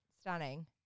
Stunning